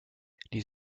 les